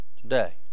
Today